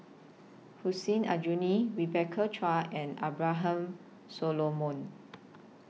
Hussein Aljunied Rebecca Chua and Abraham Solomon